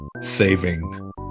saving